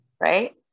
right